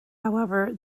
however